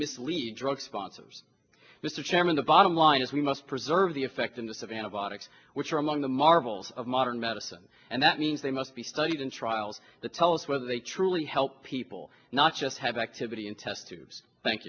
miss lead drug sponsors this is chairman the bottom line is we must preserve the effectiveness of antibiotics which are among the marvels of modern medicine and that means they must be studied in trials that tell us where they truly help people not just have activity in test tubes thank